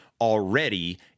already